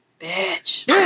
bitch